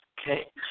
Okay